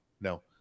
No